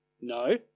No